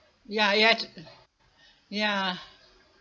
ya ya ya